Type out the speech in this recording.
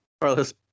Carlos